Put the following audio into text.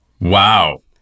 wow